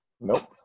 Nope